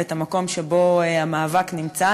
ואת המקום שבו המאבק נמצא.